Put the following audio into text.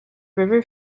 river